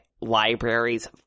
libraries